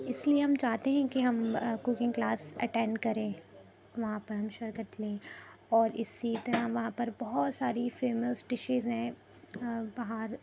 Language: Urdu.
اس لیے ہم چاہتے ہیں کہ ہم کوکنگ کلاس اٹینڈ کریں وہاں پر ہم شرکت لیں اور اسی طرح وہاں پر بہت ساری فیمس ڈشز ہیں باہر